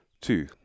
two